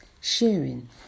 sharing